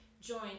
Join